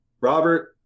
Robert